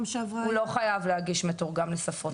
הוא לא צריך להגיש מתורגם בעצמו.